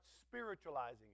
spiritualizing